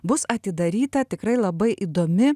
bus atidaryta tikrai labai įdomi